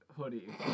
Hoodie